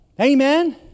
Amen